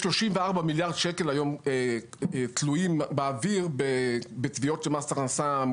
יש היום 34 מיליארד שקלים תלויים באוויר בתביעות של מס הכנסה.